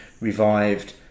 revived